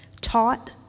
taught